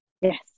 yes